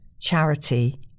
charity